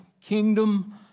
kingdom